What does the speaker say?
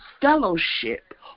fellowship